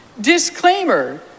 Disclaimer